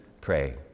pray